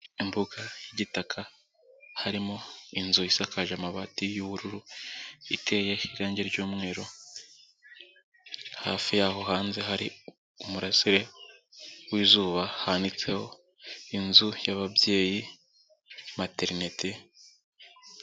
Imbuga y'igitaka harimo inzu isakaje amabati y'ubururu, iteye irange ry'umweru, hafi y'aho hanze hari umurasire w'izuba, handitseho inzu y'ababyeyi materinite.